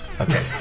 Okay